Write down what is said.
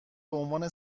بعنوان